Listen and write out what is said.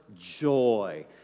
joy